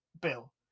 Bill